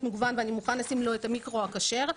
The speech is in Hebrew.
מגוון ואני מוכן לשים לו את המיקרו הכשר,